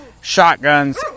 shotguns